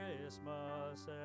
Christmas